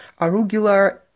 arugula